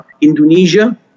Indonesia